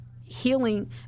healing